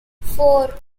four